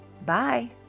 Bye